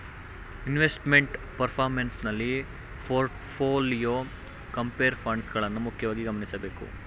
investment performance ನಲ್ಲಿ portfolio, compare funds ಗಳನ್ನ ಮುಖ್ಯವಾಗಿ ಗಮನಿಸಬೇಕು